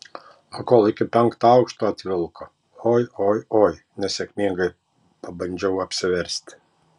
o kol iki penkto aukšto atvilko oi oi oi nesėkmingai pabandžiau apsiversti